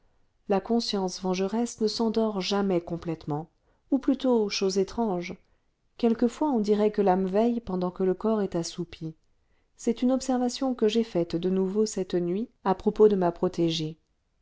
la conscience vengeresse ne s'endort jamais complètement ou plutôt chose étrange quelquefois on dirait que l'âme veille pendant que le corps est assoupi c'est une observation que j'ai faite de nouveau cette nuit à propos de ma protégée